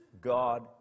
God